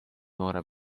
noore